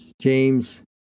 james